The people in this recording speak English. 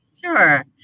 Sure